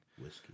Whiskey